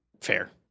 Fair